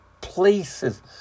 places